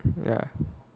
ya